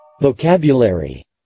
Vocabulary